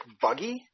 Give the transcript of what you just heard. buggy